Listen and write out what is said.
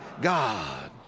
God